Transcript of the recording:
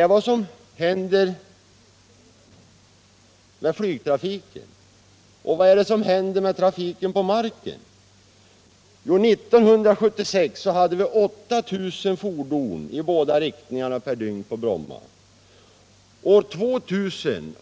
är vad som händer med flygtrafiken, men vad är det som händer på marken? I fråga om Bromma hade vi 1976 8 000 fordon per dygn i båda riktningarna.